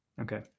Okay